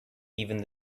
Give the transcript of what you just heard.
even